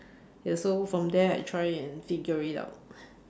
ya so from there I try and figure it out